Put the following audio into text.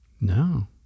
No